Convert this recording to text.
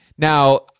Now